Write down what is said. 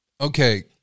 Okay